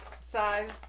size